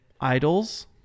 idols